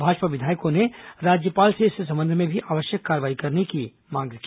भाजपा विधायकों ने राज्यपाल से इस संबंध में भी आवश्यक कार्रवाई करने की मांग की